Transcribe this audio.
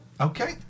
Okay